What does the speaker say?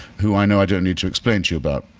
who i know i don't need to explain to you about.